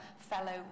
fellow